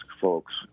folks